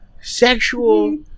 sexual